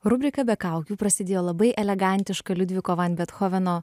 rubrika be kaukių prasidėjo labai elegantiška liudviko van bethoveno